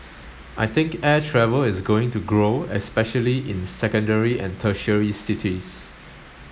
I think air travel is going to grow especially in secondary and tertiary cities